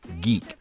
geek